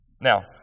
Now